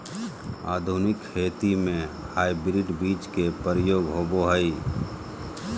आधुनिक खेती में हाइब्रिड बीज के प्रयोग होबो हइ